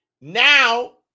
now